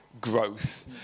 growth